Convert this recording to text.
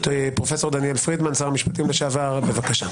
פרופ' דניאל פרידמן שר המשפטים לשעבר, בבקשה.